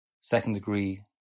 second-degree